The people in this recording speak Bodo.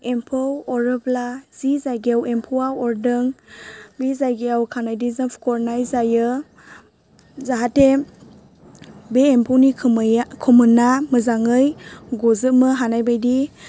एम्फौ अरोब्ला जि जायगायाव एम्फौआ अरदों बे जायगायाव खानायदोंजों हुख'नाय जायो जाहाथे बे एम्फौनि खोमैया खोमोना मोजाङै गजोबनो हानाय बायदि